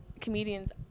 comedians